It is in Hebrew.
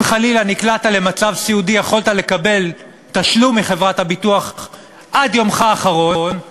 אם נקלעת למצב סיעודי יכולת לקבל תשלום מחברת הביטוח עד יומך האחרון,